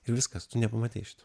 ir viskas tu nepamatei šito